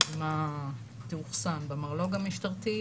הדגימה תאוחסן במרלו"ג המשטרתי,